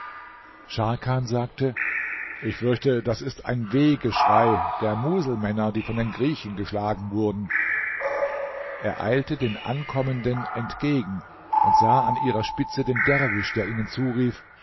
scharkan sagte ich fürchte das ist ein wehgeschrei der muselmänner die von den griechen geschlagen wurden er eilte den ankommenden entgegen und sah an ihrer spitze den derwisch der ihnen zurief